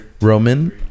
Roman